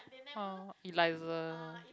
uh Elisha